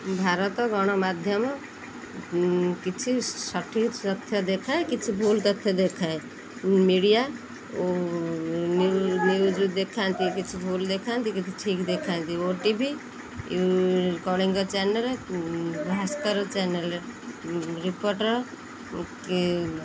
ଭାରତ ଗଣମାଧ୍ୟମ କିଛି ସଠିକ୍ ତଥ୍ୟ ଦେଖାଏ କିଛି ଭୁଲ ତଥ୍ୟ ଦେଖାଏ ମିଡ଼ିଆ ନ୍ୟୁଜ୍ ଦେଖାନ୍ତି କିଛି ଭୁଲ ଦେଖାନ୍ତି କିଛି ଠିକ୍ ଦେଖାନ୍ତି OTV Kalinga channel Bhaskar channel reporter କି